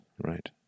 right